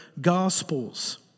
Gospels